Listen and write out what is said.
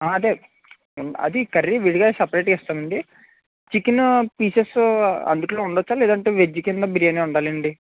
ఆ అదే అది కర్రీ విడిగా సపరేట్గా ఇస్తాము అండి చికెను పీసెస్ అందుట్లో ఉండవచ్చా లేదు అంటే వెజ్ క్రింద బిర్యానీ ఉండాలా అండి